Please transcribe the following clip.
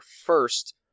first